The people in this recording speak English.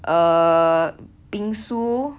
uh bingsu